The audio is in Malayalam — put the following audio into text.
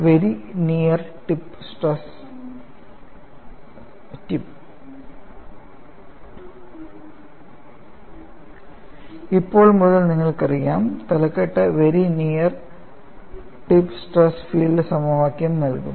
very near tip strip tip ഇപ്പോൾ മുതൽ നിങ്ങൾക്കറിയാം തലക്കെട്ട് very near tip stress field സമവാക്യം നൽകും